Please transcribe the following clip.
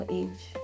age